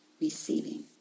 receiving